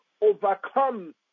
overcome